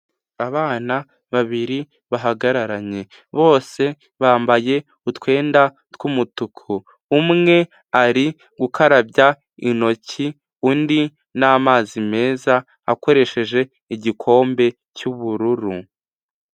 Abana babiri bahagararanye, bose bambaye utwenda tw'umutuku, umwe ari gukarabya intoki undi n'amazi meza, akoresheje igikombe cy'ubururu.